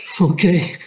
okay